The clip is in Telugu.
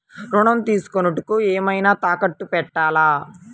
ఋణం తీసుకొనుటానికి ఏమైనా తాకట్టు పెట్టాలా?